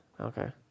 Okay